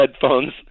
headphones